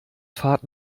fahrt